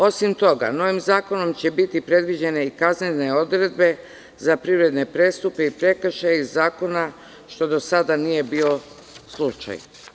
Osim toga, novim zakonom će biti predviđene i kaznene odredbe za privredne prestupe i prekršaje zakona, što do sada nije bilo slučaj.